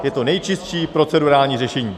Je to nejčistší procedurální řešení.